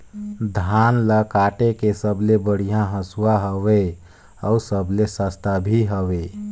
धान ल काटे के सबले बढ़िया हंसुवा हवये? अउ सबले सस्ता भी हवे?